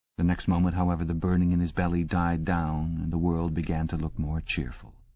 the next moment, however, the burning in his belly died down and the world began to look more cheerful.